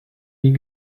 nie